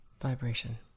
vibration